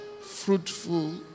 Fruitful